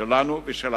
שלנו ושל הערבים.